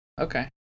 Okay